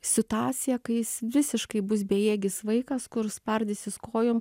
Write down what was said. situaciją kai jis visiškai bus bejėgis vaikas kur spardysis kojom